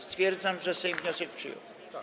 Stwierdzam, że Sejm wniosek przyjął.